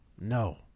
No